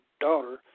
daughter